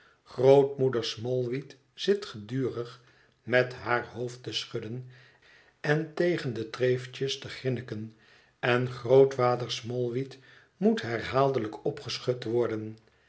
grootmoeder smallweed zit gedurig met haar hoofd te schudden en tegen de treeftjes te grinniken en grootvader smallweed moet herhaaldelijk opgeschud worden